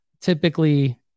typically